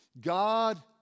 God